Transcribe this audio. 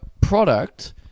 product